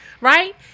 right